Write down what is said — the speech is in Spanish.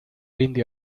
indio